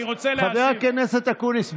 חבר הכנסת אקוניס.